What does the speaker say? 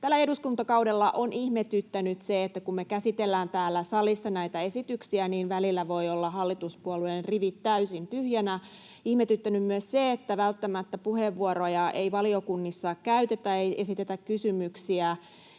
tällä eduskuntakaudella on ihmetyttänyt se, että kun me käsitellään täällä salissa näitä esityksiä, niin välillä voivat olla hallituspuolueiden rivit täysin tyhjinä, ja on ihmetyttänyt myös se, että valiokunnissa ei välttämättä puheenvuoroja käytetä, ei esitetä kysymyksiä,